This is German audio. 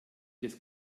des